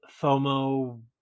FOMO-